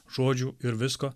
žodžių ir visko